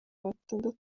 batandatu